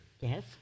Yes